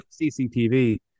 CCTV